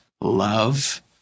love